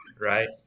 Right